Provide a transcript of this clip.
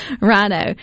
Rhino